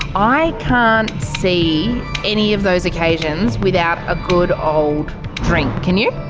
i can't see any of those occasions without a good old drink. can you?